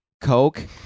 coke